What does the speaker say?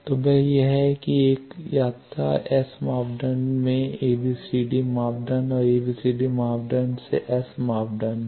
तो वह यह है कि 1 यात्रा एस मापदंड से एबीसीडी मापदंड और एबीसीडी मापदंड से एस मापदंड है